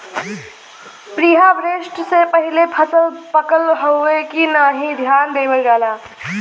preharvest से पहिले फसल पकल हउवे की नाही ध्यान देवल जाला